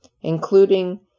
including